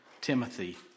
Timothy